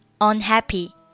unhappy